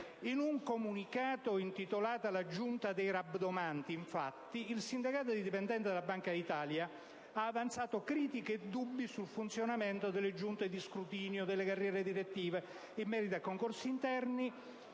In un comunicato sindacale intitolato «Le Giunte dei Rabdomanti», infatti, il Sindacato indipendente della Banca centrale ha avanzato critiche e dubbi sul funzionamento delle giunte di scrutinio delle carriere direttive in merito a concorsi interni